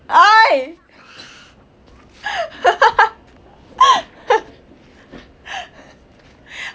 !oi!